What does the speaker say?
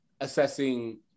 assessing